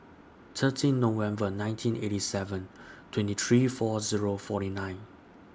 thirteen November nineteen eighty seven twenty three four Zero forty nine